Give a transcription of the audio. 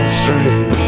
street